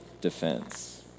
defense